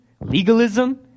legalism